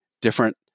different